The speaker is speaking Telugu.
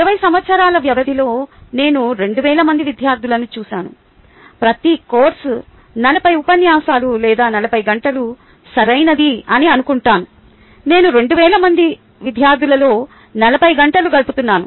20 సంవత్సరాల వ్యవధిలో నేను 2000 మంది విద్యార్థులను చూశాను ప్రతి కోర్సు 40 ఉపన్యాసాలు లేదా 40 గంటలు సరైనది అని అనుకుంటాను నేను 2000 మంది విద్యార్థులతో 40 గంటలు గడుపుతున్నాను